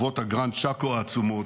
ערבות הגראן צ'אקו העצומות,